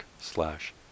slash